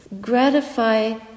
gratify